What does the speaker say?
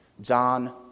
John